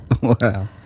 Wow